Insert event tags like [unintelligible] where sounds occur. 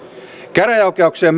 käräjäoikeuksien [unintelligible]